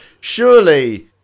surely